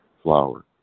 flower